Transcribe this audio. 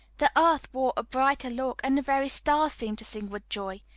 the earth wore a brighter look, and the very stars seemed to sing with joy.